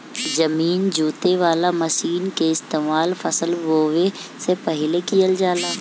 जमीन जोते वाला मशीन के इस्तेमाल फसल बोवे से पहिले कइल जाला